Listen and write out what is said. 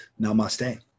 namaste